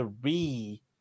three